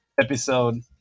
episode